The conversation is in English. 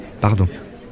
pardon